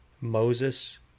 Moses